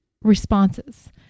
responses